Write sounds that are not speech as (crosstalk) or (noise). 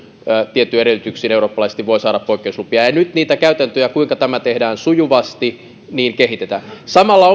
tietyin edellytyksin eurooppalaisesti voi saada poikkeuslupia nyt niitä käytäntöjä kuinka tämä tehdään sujuvasti kehitetään samalla (unintelligible)